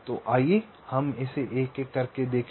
तो आइए हम इसे एक एक करके देखें